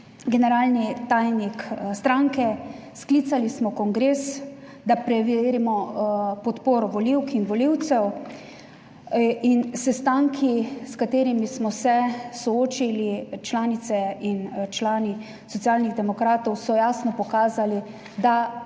generalni tajnik stranke. Sklicali smo kongres, da preverimo podporo volivk in volivcev. In sestanki, s katerimi smo se soočili članice in člani Socialnih demokratov so jasno pokazali, da